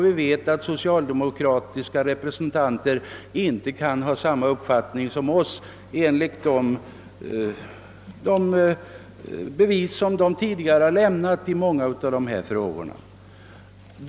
Vi vet ju att socialdemokratiska representanter inte kan ha samma uppfattning som vi enligt de prov på sin inställning som de tidigare lämnat vid behandlingen av många av dessa frågor.